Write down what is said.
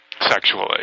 sexually